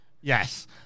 Yes